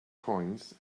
coins